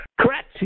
Correct